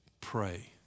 Pray